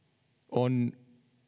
on